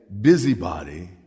busybody